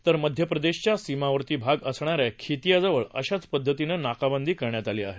तर मध्यप्रदेशच्या सीमावर्ती भाग असणाऱ्या खेतीया जवळ अशाच पद्धतीने नाकाबंदी करण्यात आली आहे